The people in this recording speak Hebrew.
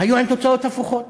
היו עם תוצאות הפוכות,